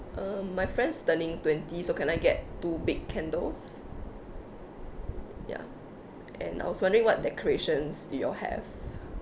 um my friend's turning twenty so can I get two big candles ya and I was wondering what decorations do you all have